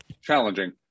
Challenging